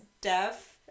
deaf